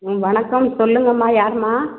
ம் வணக்கம் சொல்லுங்கம்மா யாரும்மா